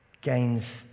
gains